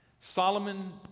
Solomon